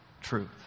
truth